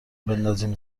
بندازیم